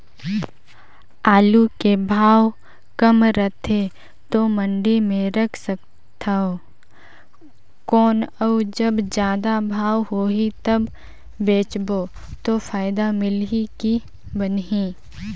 आलू के भाव कम रथे तो मंडी मे रख सकथव कौन अउ जब जादा भाव होही तब बेचबो तो फायदा मिलही की बनही?